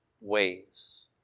ways